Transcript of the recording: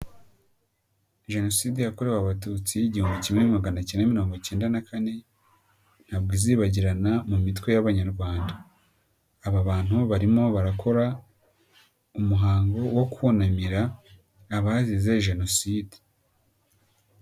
Jenoside yakorewe abatutsi igihumbi kimwe magana ikenda mirongo kenda na kane, ntabwo izibagirana mu mitwe y'abanyarwanda. Aba bantu barimo barakora umuhango wo kunamira abazize jenoside.